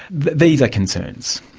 these are concerns.